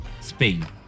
Spain